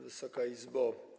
Wysoka Izbo!